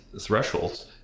thresholds